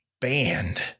banned